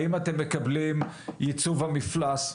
האם אתם מקבלים ייצוב המפלס?